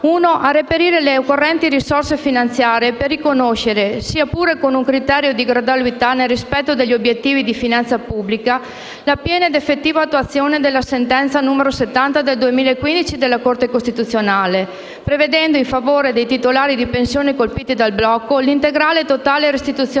a reperire le occorrenti risorse finanziare per riconoscere, sia pure con un criterio di gradualità nel rispetto degli obiettivi di finanza pubblica, piena ed effettiva attuazione alla sentenza n. 70 del 2015 della Corte costituzionale, prevedendo in favore dei titolari di pensione colpiti dal blocco l'integrale e totale restituzione